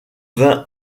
vin